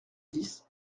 dix